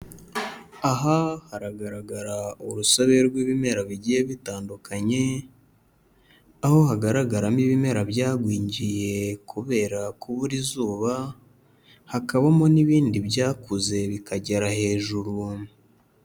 Aha haragaragara urusobe rw'ibimera bigiye bitandukanye, aho hagaragaramo ibimera byagwingiye kubera kubura izuba, hakabamo n'ibindi byakuze bikagera hejuru.